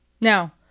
Now